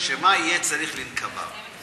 שמא יהיה צריך לנקביו.